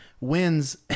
Wins